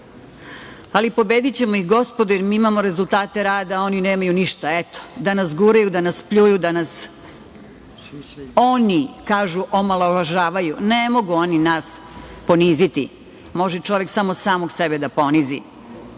Ali, pobedićemo ih, gospodo, jer mi imamo rezultate rada, a oni nemaju ništa. Eto! Da nas guraju, da nas pljuju, da nas, oni kažu - omalovažavaju. Ne mogu oni nas poniziti. Može čovek samo samog sebe da ponizi.Sećate